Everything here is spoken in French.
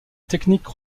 technique